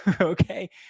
okay